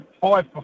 five